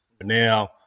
now